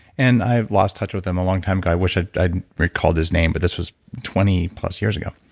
and i've lost touch with him, a long time guy, wish i'd i'd recalled his name, but this was twenty plus years ago.